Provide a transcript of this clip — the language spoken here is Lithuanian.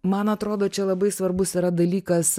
man atrodo čia labai svarbus yra dalykas